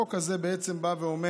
החוק הזה בעצם בא ואומר